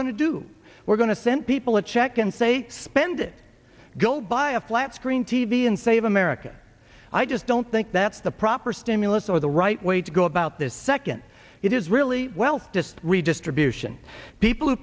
going to do we're going to send people a check and say spend it go buy a flat screen t v and save america i just don't think that's the proper stimulus or the right way to go about this second it is really well just redistribution people who